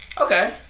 Okay